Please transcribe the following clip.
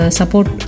support